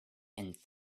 and